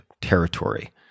territory